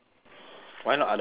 why not other country